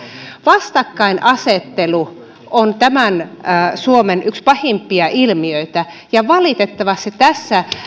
vastakkainasettelu on suomen yksi pahimpia ilmiöitä ja valitettavasti tässä